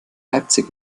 leipzig